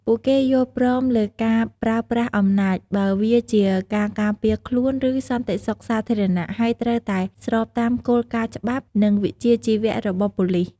ពួកគេ យល់ព្រមលើការប្រើប្រាស់អំណាច បើវាជាការការពារខ្លួន ឬសន្តិសុខសាធារណៈ ហើយត្រូវតែស្របតាមគោលការណ៍ច្បាប់ និងវិជ្ជាជីវៈរបស់ប៉ូលីស។